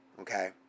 Okay